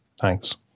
Thanks